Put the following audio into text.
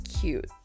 cute